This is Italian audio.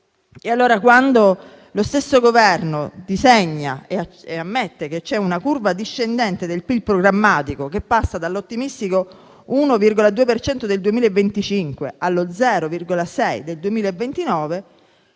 Quando lo stesso Governo disegna e ammette che c'è una curva discendente del PIL programmatico, che passa dall'ottimistico 1,2 per cento del 2025 allo 0,6 del 2029,